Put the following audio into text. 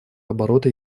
оборота